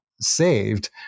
saved